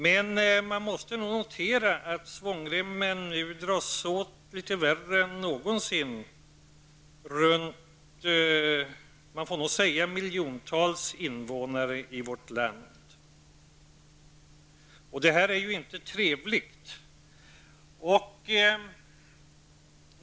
Men man måste notera att svångremmen nu dras åt litet värre än någonsin runt -- får man nog säga -- miljontals invånare i vårt land. Detta är ju inte trevligt.